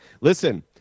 Listen